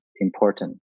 important